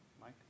Mike